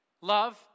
Love